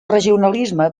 regionalisme